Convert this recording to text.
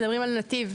מדברים על נתיב.